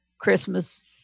Christmas